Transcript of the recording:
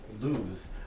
Lose